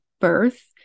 birth